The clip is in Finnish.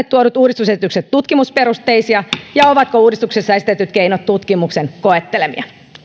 tuodut uudistusesitykset tutkimusperusteisia ja ovatko uudistuksissa esitetyt keinot tutkimuksen koettelemia